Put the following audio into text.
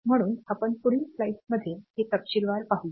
म्हणून आपण पुढील स्लाइड्समध्ये हे तपशीलवार पाहूया